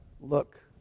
look